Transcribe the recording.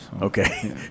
Okay